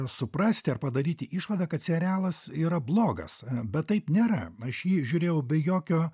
suprasti ar padaryti išvadą kad serialas yra blogas bet taip nėra aš jį žiūrėjau be jokio